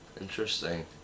Interesting